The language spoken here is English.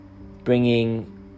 bringing